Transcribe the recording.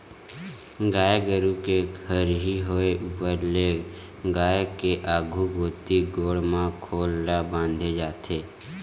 गाय गरु के हरही होय ऊपर ले गाय के आघु कोती गोड़ म खोल ल बांधे जाथे